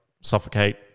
suffocate